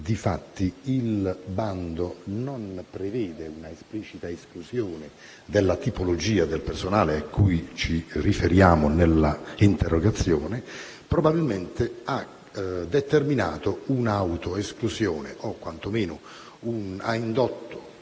che il bando non prevede un'esplicita esclusione della tipologia del personale cui ci riferiamo nell'interrogazione, probabilmente si è determinata un'autoesclusione o, quantomeno, una